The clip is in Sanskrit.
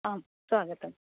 आं स्वागतम्